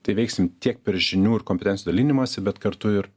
tai veiksim tiek per žinių ir kompetencijų dalinimąsi bet kartu ir